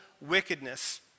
wickedness